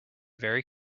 very